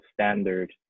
standard